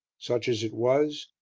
such as it was,